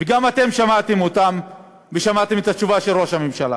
וגם אתם שמעתם אותם ושמעתם את התשובה של ראש הממשלה.